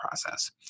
process